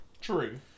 True